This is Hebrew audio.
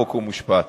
חוק ומשפט.